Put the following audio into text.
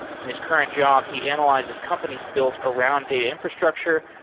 in his current job, he analyzes companies built around data infrastructure,